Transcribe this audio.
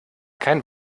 kein